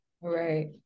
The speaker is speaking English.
right